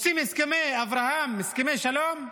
רוצים הסכמי אברהם, הסכמי שלום?